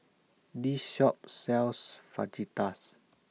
This Shop sells Fajitas